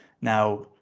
Now